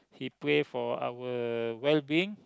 he pray for our well being